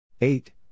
Eight